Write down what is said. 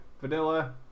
Vanilla